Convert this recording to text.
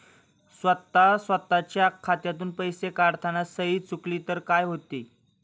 स्वतः स्वतःच्या खात्यातून पैसे काढताना सही चुकली तर काय होते?